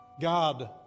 God